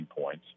points